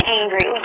angry